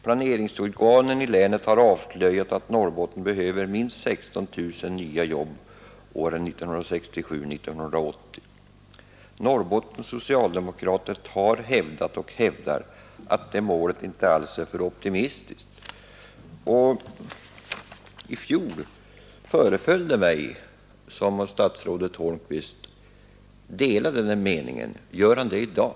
Planeringsorganen i länet har avslöjat att Norrbotten behöver minst 16 000 nya jobb åren 1967-1980. Norrbottens socialdemokrater har hävdat och hävdar att det målet inte alls är för optimistiskt.” Så står det i valbroschyren. I fjol föreföll det mig som om statsrådet Holmqvist delade den meningen. Gör han det i dag?